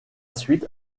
suite